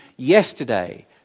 Yesterday